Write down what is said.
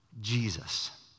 Jesus